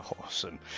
awesome